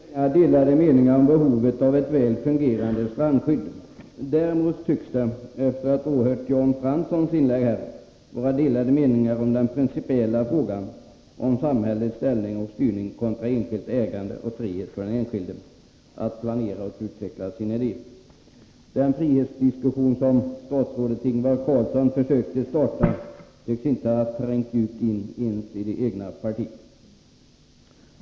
Herr talman! Det råder inga delade meningar om behovet av ett väl fungerande strandskydd. Däremot tycker jag, efter att ha åhört Jan Franssons inlägg här, att det verkar vara delade meningar i den principiella frågan om samhällets ställning och styrning kontra enskilt ägande och frihet för enskilda att planera och utveckla sina liv. Den frihetsdiskussion som statsrådet Ingvar Carlsson försökte starta tycks inte ha trängt ut ens i det egna partiet.